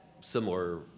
similar